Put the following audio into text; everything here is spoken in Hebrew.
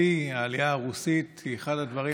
שלדעתי העלייה הרוסית היא אחד הדברים הכי טובים,